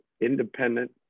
independent